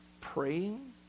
praying